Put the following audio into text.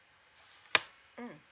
mm